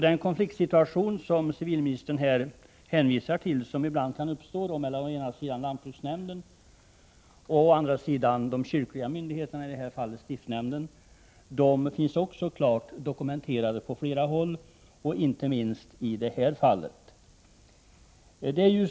Den konfliktsituation som civilministern hänvisar till — som ibland kan uppstå mellan å ena sidan lantbruksnämnden och å andra sidan de kyrkliga myndigheterna, i detta fall stiftsnämnden — finns klart dokumenterad på flera håll, inte minst i detta fall.